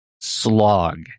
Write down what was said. slog